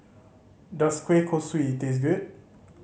does kueh kosui taste good